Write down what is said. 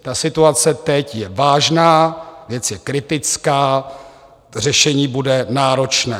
Ta situace teď je vážná, věc je kritická, řešení bude náročné.